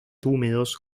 húmedos